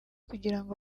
kugirango